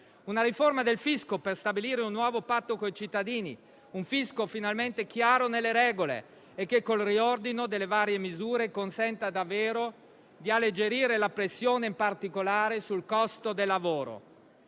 una riforma del fisco, per stabilire un nuovo patto con i cittadini; un fisco finalmente chiaro nelle regole che, con il riordino delle varie misure, consenta davvero di alleggerire la pressione, in particolare sul costo del lavoro.